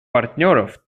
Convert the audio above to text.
партнеров